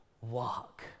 walk